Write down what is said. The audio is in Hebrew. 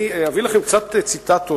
אני אביא לכם קצת ציטטות,